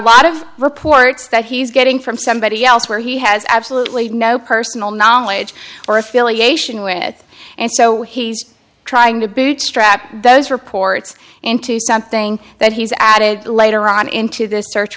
of reports that he's getting from somebody else where he has absolutely no personal knowledge or affiliation with it and so he's trying to bootstrap those reports into something that he's added later on into this search